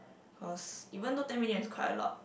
cause even though ten million is quite a lot